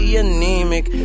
anemic